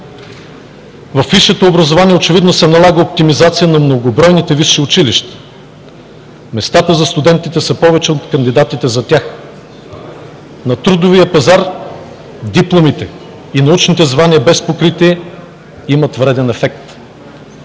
Във висшето образование очевидно се налага оптимизация на многобройните висши училища. Местата за студентите са повече от кандидатите за тях. На трудовия пазар дипломите и научните звания без покритие имат вреден ефект,